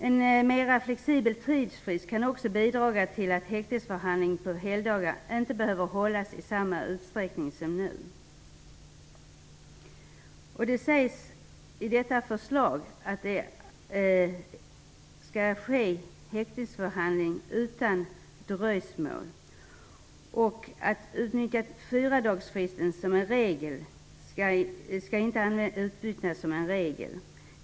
En flexiblare tidsfrist kan också bidra till att häktningsförhandling på helgdagar inte behöver hållas i samma utsträckning som nu. Det sägs i förslaget här att häktningsförhandling skall ske utan dröjsmål och att utnyttjande av fyradagarsfristen inte skall bli regel.